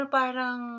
parang